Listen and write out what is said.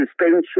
suspension